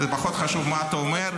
זה פחות חשוב מה אתה אומר.